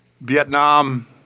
Vietnam